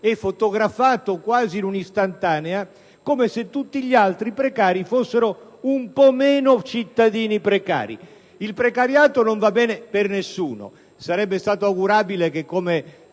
e fotografato (quasi un'istantanea), come se tutti gli altri precari fossero un po' meno cittadini precari. Il precariato non va bene per nessuno. Sarebbe stato augurabile che, come